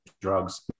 drugs